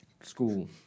School